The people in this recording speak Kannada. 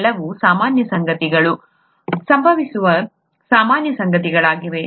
ಇವೆಲ್ಲವೂ ಸಾಮಾನ್ಯ ಸಂಗತಿಗಳು ಸಂಭವಿಸುವ ಸಾಮಾನ್ಯ ಸಂಗತಿಗಳಾಗಿವೆ